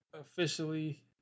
officially